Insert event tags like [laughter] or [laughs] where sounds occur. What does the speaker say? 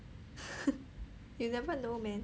[laughs] you never know man